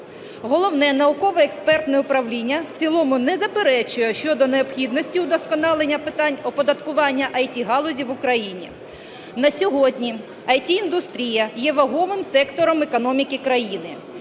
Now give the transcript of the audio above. Головне науково-експертне управління в цілому не заперечує щодо необхідності удосконалення питань оподаткування ІТ-галузі в Україні. На сьогодні ІТ-індустрія є вагомим сектором економіки країни.